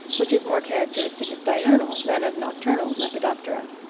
which is more characteristic of diurnal than of nocturnal lepidoptera.